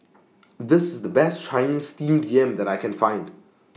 This IS The Best Chinese Steamed Yam that I Can Find